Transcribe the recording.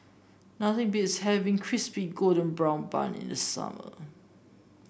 nothing beats having Crispy Golden Brown Bun in the summer